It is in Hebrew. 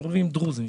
יישובים דרוזיים,